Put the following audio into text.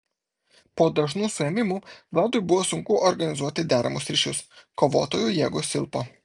po dažnų suėmimų vladui buvo sunku organizuoti deramus ryšius kovotojų jėgos silpo